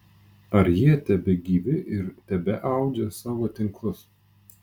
ar jie tebegyvi ir tebeaudžia savo tinklus